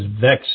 vexed